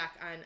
on